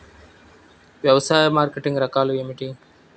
వ్యవసాయ మార్కెటింగ్ రకాలు ఏమిటి?